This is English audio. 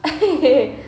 I think you hate